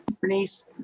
Bernice